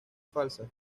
falsas